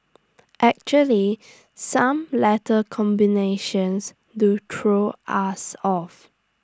actually some letter combinations do throw us off